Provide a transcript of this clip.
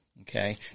okay